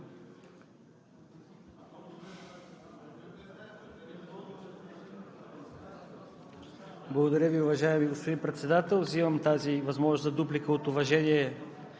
Благодаря Ви, уважаеми господин Председател. Взимам тази възможност за дуплика от уважение